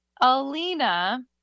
Alina